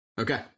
Okay